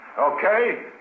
Okay